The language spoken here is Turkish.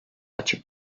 açık